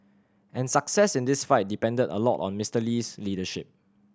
and success in this fight depended a lot on Mister Lee's leadership